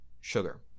sugar